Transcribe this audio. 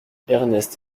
ernest